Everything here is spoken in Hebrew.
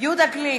יהודה גליק,